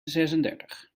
zesendertig